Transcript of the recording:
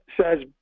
says